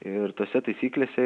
ir tose taisyklėse